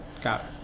got